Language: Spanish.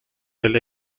del